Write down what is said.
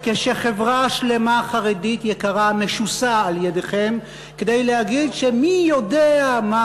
כשחברה שלמה חרדית יקרה משוסה על-ידיכם כדי להגיד שמי-יודע-מה-קרה.